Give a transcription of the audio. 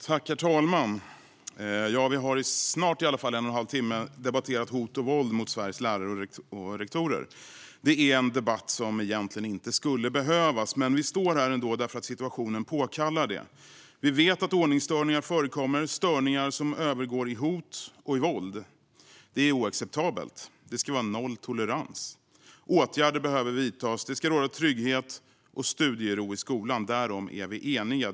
Herr talman! Vi har i snart en och en halv timme debatterat hot och våld mot Sveriges lärare och rektorer. Det är en debatt som egentligen inte borde behövas. Men vi står här ändå, därför att situationen påkallar det. Vi vet att ordningsstörningar förekommer. Det är störningar som övergår i hot och våld. Det är oacceptabelt. Det ska vara noll tolerans. Åtgärder behöver vidtas. Det ska råda trygghet och studiero i skolan. Därom är vi eniga.